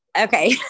Okay